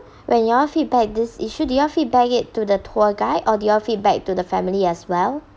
when you all feedback this issue do you all feedback it to the tour guide or do you all feedback to the family as well